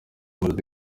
melodie